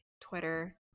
Twitter